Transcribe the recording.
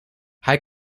hij